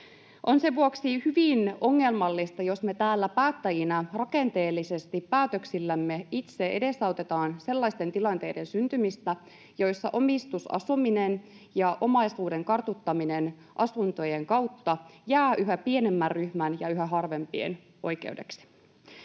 On sen vuoksi hyvin ongelmallista, jos me täällä päättäjinä rakenteellisesti päätöksillämme itse edesautetaan sellaisten tilanteiden syntymistä, joissa omistusasuminen ja omaisuuden kartuttaminen asuntojen kautta jäävät yhä pienemmän ryhmän ja yhä harvempien oikeudeksi.